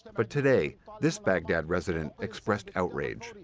but, today, this baghdad resident expressed outrage.